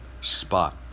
spot